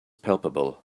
palpable